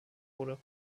wurde